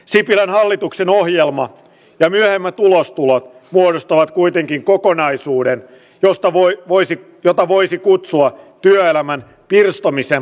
sipilän hallituksen ohjelma ja myöhemmät ulostulot muodostavat kuitenkin kokonaisuuden josta voi voisi jopa voisi kutsua työelämä pirstomisen